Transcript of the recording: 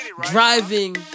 driving